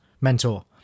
mentor